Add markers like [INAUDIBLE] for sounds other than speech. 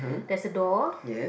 there's a door [BREATH]